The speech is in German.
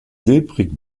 silbrig